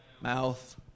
mouth